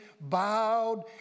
bowed